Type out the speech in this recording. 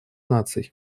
наций